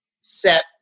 set